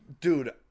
Dude